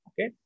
okay